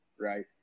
right